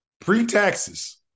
pre-taxes